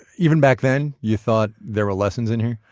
even back then you thought there were lessons in here?